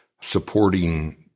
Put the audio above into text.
supporting